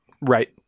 Right